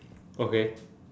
okay